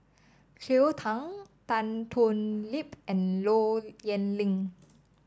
Cleo Thang Tan Thoon Lip and Low Yen Ling